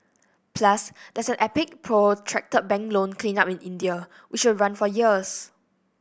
plus there's an epic protracted bank loan cleanup in India which will run for years